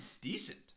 decent